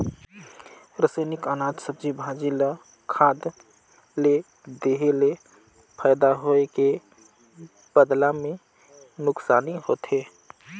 रसइनिक अनाज, सब्जी, भाजी ल खाद ले देहे ले फायदा होए के बदला मे नूकसानी होथे